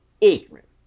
ignorant